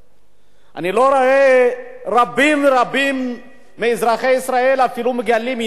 אני לא רואה רבים רבים מאזרחי ישראל שאפילו מגלים עניין למה,